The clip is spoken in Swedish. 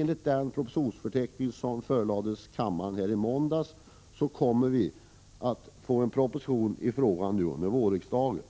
Enligt den propositionsförteckning som förelades kammaren i måndags kommer vi att få en proposition i frågan nu under vårriksdagen.